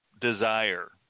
desire